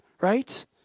right